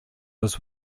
was